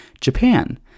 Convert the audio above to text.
Japan